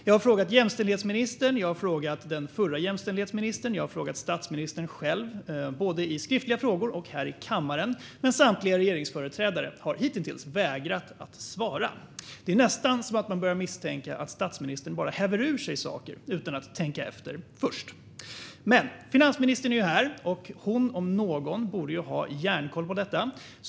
Jag har frågat jämställdhetsministern, jag har frågat den förra jämställdhetsministern och jag har frågat statsministern själv både i skriftliga frågor och här i kammaren. Men samtliga regeringsföreträdare har hitintills vägrat att svara. Det är nästan så att man börjar misstänka att statsministern bara häver ur sig saker utan att tänka efter först. Men finansministern är ju här, och hon om någon borde ha järnkoll på detta.